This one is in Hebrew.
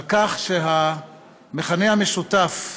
על כך שהמכנה המשותף היחידי,